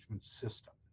system